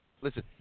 listen